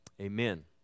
Amen